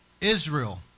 israel